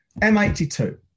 M82